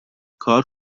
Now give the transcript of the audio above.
کار